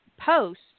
Post